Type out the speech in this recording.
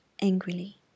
angrily